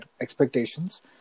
expectations